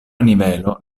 nivelo